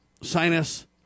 sinus